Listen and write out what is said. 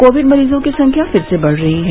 Covid मरीजों की संख्या फिर से बढ़ रही है